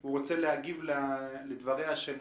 הוא רוצה להגיב לדבריה של